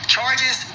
charges